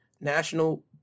National